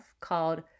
called